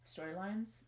storylines